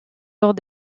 lors